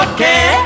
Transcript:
Okay